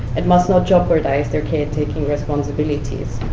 and must not jeopardize their caretaking responsibilities.